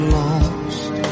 lost